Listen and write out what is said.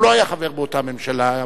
הוא לא היה חבר באותה ממשלה,